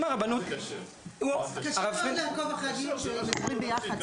אם הרבנות ------ קשה מאוד לעקוב אחרי הדיון כשאתם מדברים ביחד.